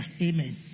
Amen